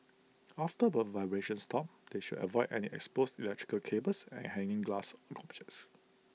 after the vibrations stop they should avoid any exposed electrical cables and hanging glass objects